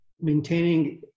maintaining